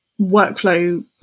workflow